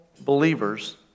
believers